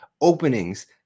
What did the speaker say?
openings